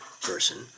person